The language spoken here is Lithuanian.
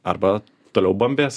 arba toliau bambės